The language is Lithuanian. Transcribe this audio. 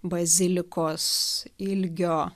bazilikos ilgio